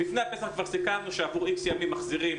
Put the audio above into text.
לפני הפסח כבר סיכמנו שעבור איקס ימים מחזירים